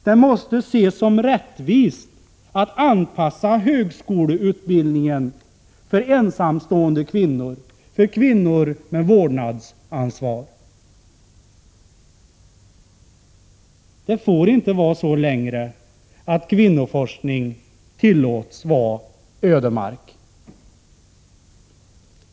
Det måste ses som rättvist att anpassa högskoleutbildningen för ensamstående kvinnor, för kvinnor med vårdnadsansvar. Det får inte vara så längre att kvinnoforskning tillåts vara ödemark.